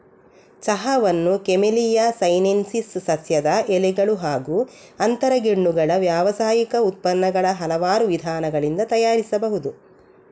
ಚಹಾವನ್ನು camellia sinensis ಸಸ್ಯದ ಎಲೆಗಳು ಹಾಗೂ ಅಂತರಗೆಣ್ಣುಗಳ ವ್ಯಾವಸಾಯಿಕ ಉತ್ಪನ್ನಗಳ ಹಲವಾರು ವಿಧಾನಗಳಿಂದ ತಯಾರಿಸಬಹುದು